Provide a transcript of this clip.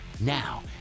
Now